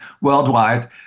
worldwide